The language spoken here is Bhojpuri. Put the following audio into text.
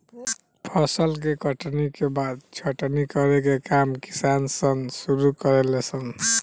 फसल के कटनी के बाद छटनी करे के काम किसान सन शुरू करे ले सन